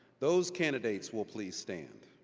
those candidates will please stand.